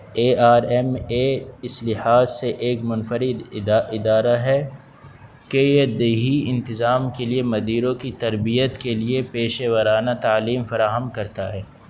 a R M A اس لحاظ سے ایک منفرد ادارہ ہے کہ یہ دیہی انتظام کے لیے مدیروں کی تربیت کے لیے پیشے ورانہ تعلیم فراہم کرتا ہے